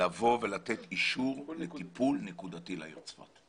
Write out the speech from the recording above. לבוא ולתת אישור לטיפול נקודתי לעיר צפת.